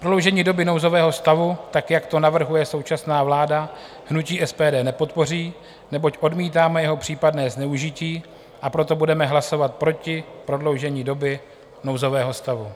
Prodloužení doby nouzového stavu, tak jak to navrhuje současná vláda, hnutí SPD nepodpoří, neboť odmítáme jeho případné zneužití, a proto budeme hlasovat proti prodloužení doby nouzového stavu.